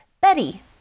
Betty